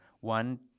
One